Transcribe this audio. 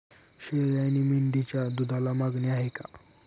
शेळी आणि मेंढीच्या दूधाला मागणी आहे का?